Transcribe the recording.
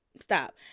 stop